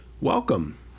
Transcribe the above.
welcome